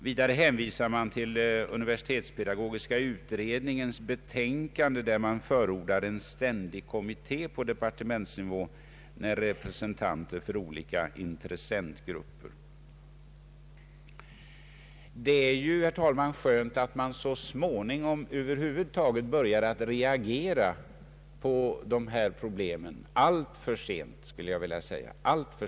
Vidare har hänvisats till universitetspedago giska utredningens betänkande, i vilket förordas en ständig kommitté på departementsnivå med representanter för olika intressentgrupper. Det är, herr talman, bra att man så småningom över huvud taget börjar reagera på dessa problem, men det är tyvärr alltför sent, skulle jag vilja säga.